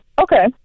Okay